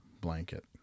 blanket